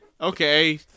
okay